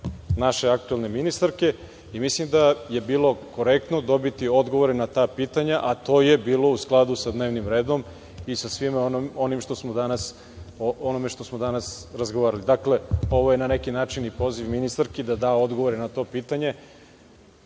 naše aktuelne ministarke i mislim da je bilo korektno dobiti odgovore na ta pitanja, a to je bilo u skladu sa dnevnim redom i sa svim onim o onome što smo danas razgovarali. Dakle, ovo je na neki način poziv ministarki da da odgovore na to pitanje